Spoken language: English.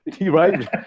Right